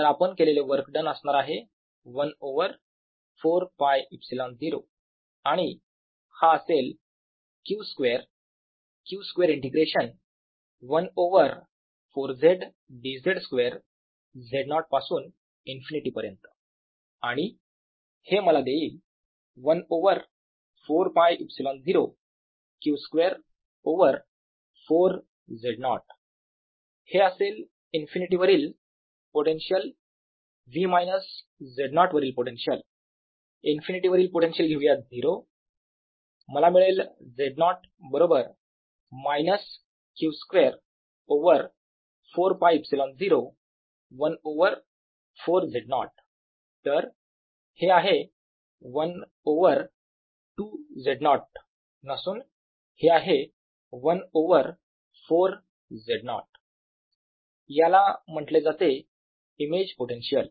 तर आपण केलेले वर्क डन असणार आहे 1 ओवर 4 π ε0 आणि हा असेल q square q square integration 1 over 4Z dZ square Z0 पासुन इन्फिनिटी पर्यंत आणि हे मला देईल 1 over 4 π ε0 q square over 4Z0 हे असेल इन्फिनिटी वरील पोटेन्शियल V मायनस Z0 वरील पोटेन्शियल इन्फिनिटी वरील पोटेन्शियल घेऊयात 0 मला मिळेल Z0 बरोबर minus q square over 4 π ε0 1 over 4Z0 तर हे 1 ओवर 2Z0 नसून हे आहे 1 ओवर 4Z0 याला म्हटले जाते इमेज पोटेन्शिअल